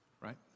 right